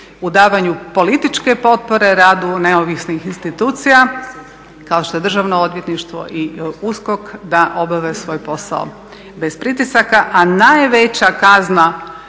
u davanju političke potpore radu neovisnih institucija kao što je državno odvjetništvo i USKOK da obave svoj posao bez pritisaka. A najveća kazna